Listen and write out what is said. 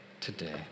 today